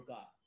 God